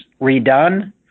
redone